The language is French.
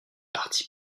parti